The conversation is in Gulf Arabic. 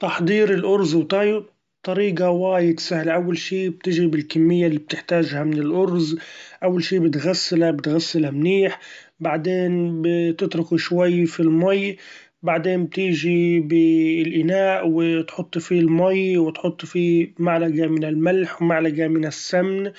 تحضير الأرز وطهيه طريقة وايد سهلة; أول شي بتچيب الكمية اللي بتحتاچها من الأرز أول شي بتغسله- بتغسله منيح ، بعدين بتتركه شوي في المأي ، بعدين بتيچي بالأناء و تحط فيه المأي وتحط فيه معلقة من الملح ومعلقة من السمن